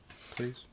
Please